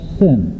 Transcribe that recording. sin